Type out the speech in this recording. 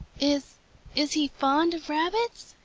is is he fond of rabbits?